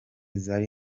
zari